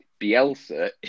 Bielsa